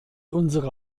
unsere